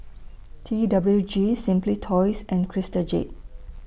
T W G Simply Toys and Crystal Jade